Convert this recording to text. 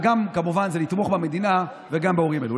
וגם כמובן זה לתמוך במדינה וגם בהורים אלו.